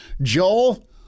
Joel